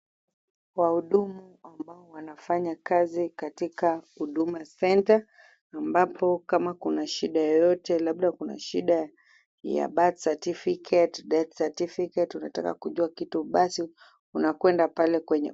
Wahudumu ambao wanafanya kazi katika Huduma Centre ambapo kama kuna shida yoyote labda kuna shida ya birth certificate, death certificate unataka kujua kitu basi unakwenda pale.